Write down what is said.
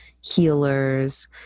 healers